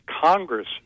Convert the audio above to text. Congress